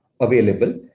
available